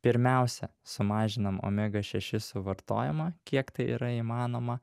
pirmiausia sumažinam omega šeši suvartojimą kiek tai yra įmanoma